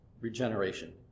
regeneration